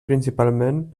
principalment